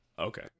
okay